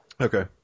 okay